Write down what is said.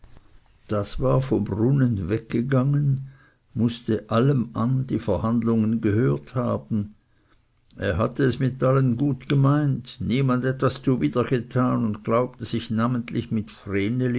das war vom brunnen weggegangen mußte allem an die verhandlungen gehört haben er hatte es mit allen gut gemeint niemand etwas zuwider getan und glaubte sich namentlich mit